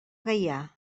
gaià